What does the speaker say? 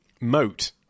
moat